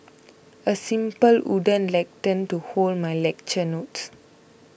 a simple wooden lectern to hold my lecture notes